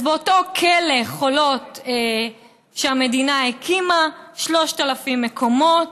אז באותו כלא חולות שהמדינה הקימה, 3,000 מקומות.